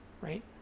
Right